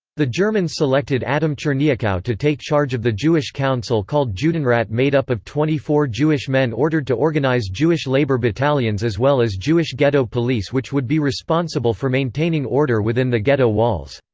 the germans selected adam czerniakow to take charge of the jewish council called judenrat made up of twenty four jewish men ordered to organize jewish labor battalions as well as jewish ghetto police which would be responsible for maintaining order within the ghetto walls.